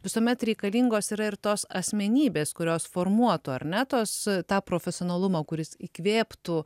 visuomet reikalingos yra ir tos asmenybės kurios formuotų ar ne tuos tą profesionalumą kuris įkvėptų